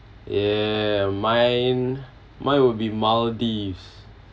ya mine mine would be maldives